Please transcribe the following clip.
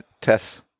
Tess